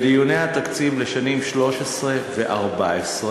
בדיוני התקציב לשנים 2013 2014,